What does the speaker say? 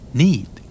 need